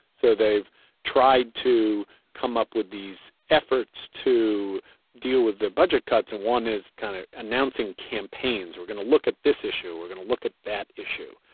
so they've tried to come up with these efforts to deal with the budget cuts and one is kind of announcing campaigns. we're going to look at this issue, we're going to look at that issue.